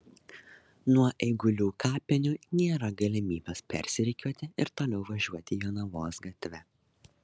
nuo eigulių kapinių nėra galimybės persirikiuoti ir toliau važiuoti jonavos gatve